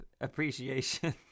appreciation